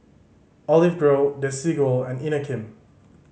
Olive Grove Desigual and Inokim